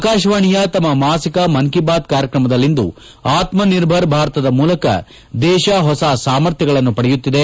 ಆಕಾಶವಾಣಿಯ ತಮ್ಮ ಮಾಸಿಕ ಮನ್ ಕಿ ಬಾತ್ ಕಾರ್ಯಕ್ರಮದಲ್ಲಿಂದು ಆತ್ನ ನಿರ್ಭರ ಭಾರತದ ಮೂಲಕ ದೇಶ ಹೊಸ ಸಾಮರ್ಥ್ಯಗಳನ್ನು ಪಡೆಯುತ್ತಿದೆ